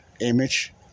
Image